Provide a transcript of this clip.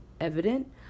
evident